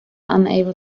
unable